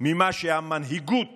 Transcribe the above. ממה שהמנהיגות